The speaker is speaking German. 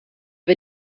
wir